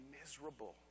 miserable